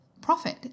profit